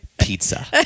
pizza